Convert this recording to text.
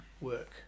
work